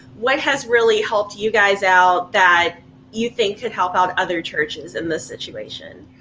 what has really helped you guys out that you think could help out other churches in this situation?